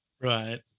Right